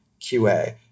QA